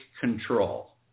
control